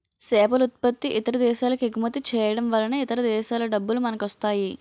సేపలుత్పత్తి ఇతర దేశాలకెగుమతి చేయడంవలన ఇతర దేశాల డబ్బులు మనకొస్తాయి